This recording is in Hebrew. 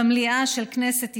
במליאה של כנסת ישראל.